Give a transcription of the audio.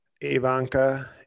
Ivanka